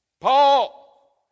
Paul